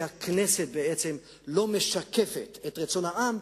שהכנסת בעצם לא משקפת את רצון העם,